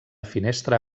finestra